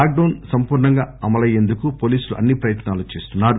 lock down సంపూర్ణంగా అమలైయేందుకు పోలీసులు అన్ని ప్రయత్నాలు చేస్తున్నారు